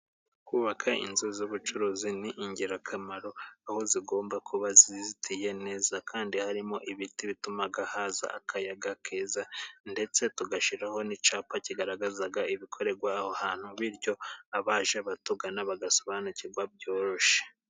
Kubaka inzu z'ubucuruzi ni ingirakamaro, aho zigomba kuba zizitiye neza kandi harimo ibiti bituma haza akayaga keza, ndetse tugashyiraho n'icyapa kigaragaza ibikorerwa aho hantu, bityo abaje batugana bagasobanukirwa byoroshye.